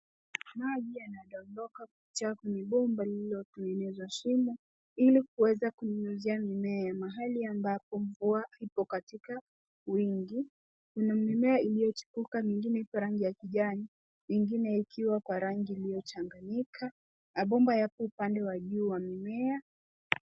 Maji yanadondoka kutoka kwenye bomba lililotengenezwa shimo, ili kuweza kunyunyizia mimea mahali ambapo mvua haipo katika wingi. Kuna mimea iliyochipuka mingine ikiwa rangi ya kijani, ingine ikiwa kwa rangi iliyochanganyika. Mabomba yako upande wa juu wa mimea.